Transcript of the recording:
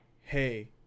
hey